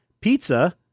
pizza